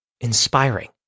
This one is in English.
inspiring